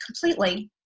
completely